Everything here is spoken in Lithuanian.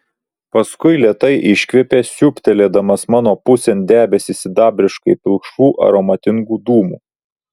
paskui lėtai iškvėpė siūbtelėdamas mano pusėn debesį sidabriškai pilkšvų aromatingų dūmų